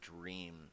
dream